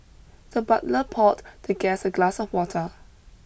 the butler poured the guest a glass of water